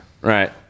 right